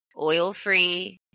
oil-free